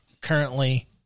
currently